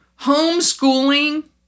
homeschooling